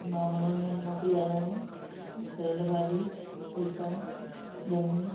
मां मनोज महल मां थी ॻाल्हायां सियल भाॼी फुलिका ॼमूं